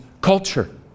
culture